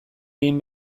egin